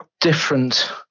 different